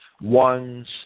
one's